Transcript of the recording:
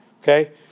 Okay